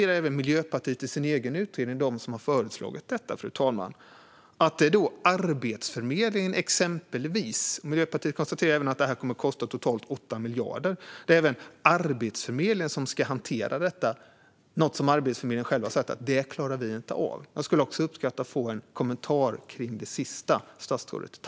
Även Miljöpartiet, som har föreslagit detta, konstaterar i sin egen utredning att det kommer att kosta totalt 8 miljarder, och Arbetsförmedlingen, som ska hantera det, har sagt att de inte klarar av det. Jag skulle uppskatta att få en kommentar kring detta sista, statsrådet.